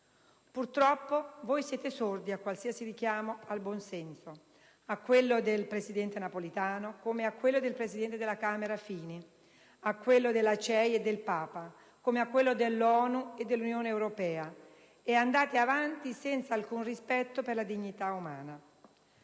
Purtroppo, voi siete sordi a qualsiasi richiamo al buonsenso, a quello del presidente Napolitano come a quello del presidente della Camera Fini, a quello della CEI e del Papa come a quello dell'ONU e dell'Unione europea, e andate avanti senza alcun rispetto per la dignità umana.